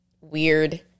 weird